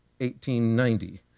1890